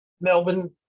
Melbourne